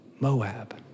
Moab